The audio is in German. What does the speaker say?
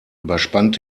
überspannt